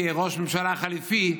כראש ממשלה חליפי,